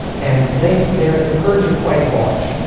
and they they're the kurds are quite large.